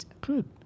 Good